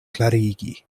klarigi